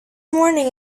morning